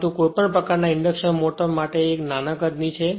પરંતુ કોઈપણ રીતે આ ઇન્ડક્શન મોટર એક નાના કદની છે